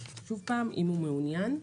אם הוא מעוניין.